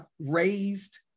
raised